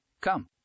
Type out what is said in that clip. Come